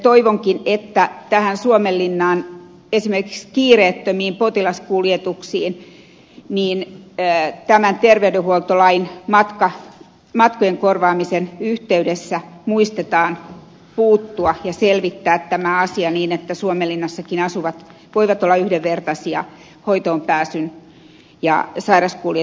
toivonkin että tähän suomenlinnaan esimerkiksi kiireettömiin potilaskuljetuksiin tämän terveydenhuoltolain matkojen korvaamisen yhteydessä muistetaan puuttua ja muistetaan selvittää tämä asia niin että suomenlinnassakin asuvat voivat olla yhdenvertaisia hoitoonpääsyn ja sairaankuljetusten saamiseksi